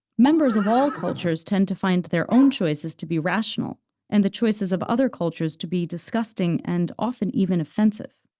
members of all cultures tend to find their own choices to be rational and the choices of other cultures to be disgusting and often even offensive.